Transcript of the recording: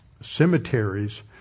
cemeteries